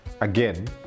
again